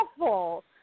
awful